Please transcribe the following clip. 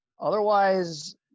Otherwise